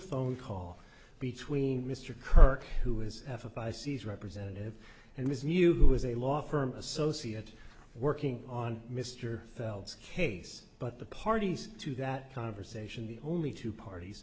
phone call between mr kirk who is f i c's representative and his new who is a law firm associate working on mr phelps case but the parties to that conversation the only two parties